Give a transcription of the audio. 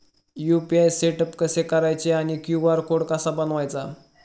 UPI setup कसे करायचे आणि क्यू.आर कोड कसा बनवायचा?